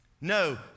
No